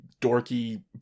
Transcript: dorky